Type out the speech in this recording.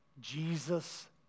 Jesus